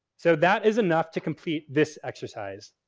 so, that is enough to complete this exercise.